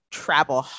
travel